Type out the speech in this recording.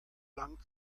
lang